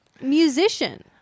musician